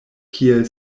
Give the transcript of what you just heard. kiel